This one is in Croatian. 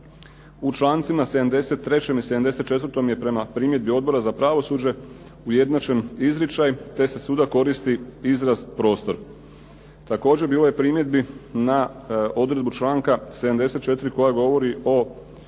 U člancima 73. i 74. je prema primjedbi Odbora za pravosuđe ujednačen izričaj te se svuda koristi izraz prostor. Također bilo je primjedbi na odredbu članka 74. koja govori o